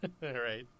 Right